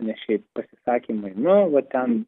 ne šiaip pasisakymai ne va ten